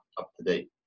up-to-date